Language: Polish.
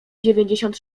dziewięćdziesiąt